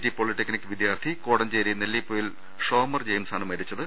T polytechnic വിദ്യാർഥി കോടഞ്ചേരി നെല്ലിപ്പൊയിൽ ഷോമർജെ യിംസാണ് മരിച്ചത്